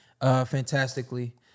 fantastically